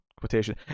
quotation